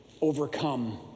overcome